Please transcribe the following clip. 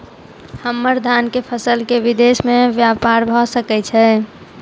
हम्मर धान केँ फसल केँ विदेश मे ब्यपार भऽ सकै छै?